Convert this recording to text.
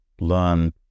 learn